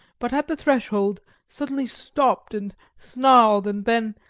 but at the threshold suddenly stopped and snarled, and then,